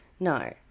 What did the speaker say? No